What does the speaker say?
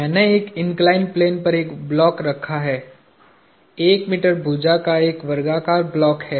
मैने एक inclined plane पर एक ब्लॉक रखा है एक मीटर भुजा का एक वर्गाकार ब्लॉक है